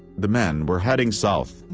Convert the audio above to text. the men were heading south.